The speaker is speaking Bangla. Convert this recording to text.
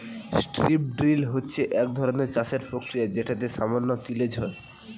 স্ট্রিপ ড্রিল হচ্ছে একধরনের চাষের প্রক্রিয়া যেটাতে সামান্য তিলেজ হয়